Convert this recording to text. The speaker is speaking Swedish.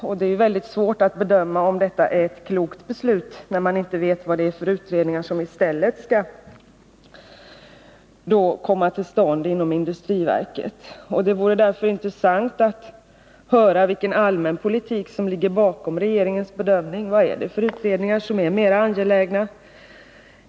Men det är väldigt svårt att bedöma om detta är ett klokt beslut när man inte vet vad det är för utredningar som i stället skall komma till stånd inom industriverket. Det vore därför intressant att höra vad det är för allmän politik som ligger bakom regeringens bedömning. Vilka utredningar är mera angelägna?